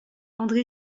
andré